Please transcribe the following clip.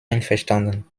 einverstanden